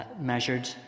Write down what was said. measured